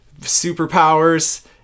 superpowers